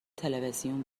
تلویزیون